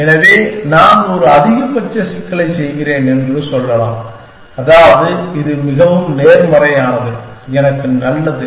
எனவே நான் ஒரு அதிகபட்ச சிக்கலைச் செய்கிறேன் என்று சொல்லலாம் அதாவது இது மிகவும் நேர்மறையானது எனக்கு நல்லது